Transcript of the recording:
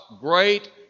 great